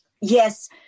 yes